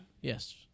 yes